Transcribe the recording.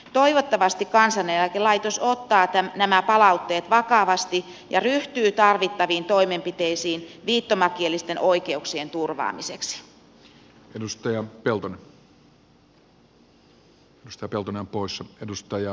toivottavasti kansaneläkelaitos ottaa nämä palautteet vakavasti ja ryhtyy tarvittaviin toimenpiteisiin viittomakielisten oikeuksien turvaamiseksi